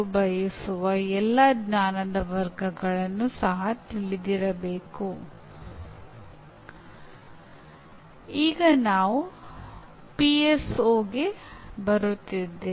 ಮಾಹಿತಿ ತಂತ್ರಜ್ಞಾನದ ಪಾತ್ರವೆಂದರೆ ಗೆಳೆಯರು ಯಾವಾಗಲೂ ಮುಖಾಮುಖಿಯಾಗಿರಬೇಕಾಗಿಲ್ಲ